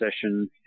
session